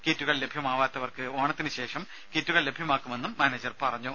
കിറ്റുകൾ ലഭ്യമാവാത്തവർക്ക് ഓണത്തിന് ശേഷം കിറ്റുകൾ ലഭ്യമാക്കുമെന്നും മാനേജർ അറിയിച്ചു